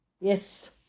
Yes